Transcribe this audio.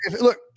Look